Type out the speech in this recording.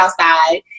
outside